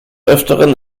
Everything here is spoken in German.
öfteren